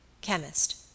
Chemist